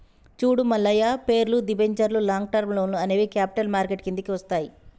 చూడు మల్లయ్య పేర్లు, దిబెంచర్లు లాంగ్ టర్మ్ లోన్లు అనేవి క్యాపిటల్ మార్కెట్ కిందికి వస్తాయి